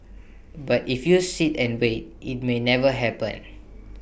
but if you sit and wait IT may never happen